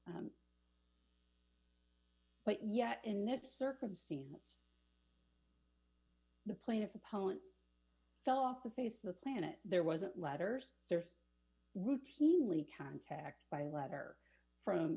but yet in this circumstance the plaintiff's opponent fell off the face of the planet there wasn't letters there routinely contact by letter from